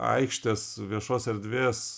aikštės viešos erdvės